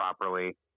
properly